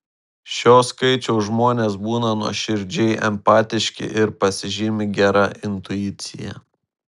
šio skaičiaus žmonės būna nuoširdžiai empatiški ir pasižymi gera intuicija